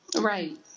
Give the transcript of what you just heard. right